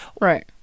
right